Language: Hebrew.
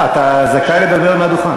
זו הפעם הראשונה שאני על הדוכן